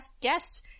guests